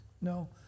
No